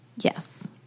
Yes